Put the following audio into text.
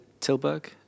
Tilburg